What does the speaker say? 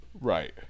Right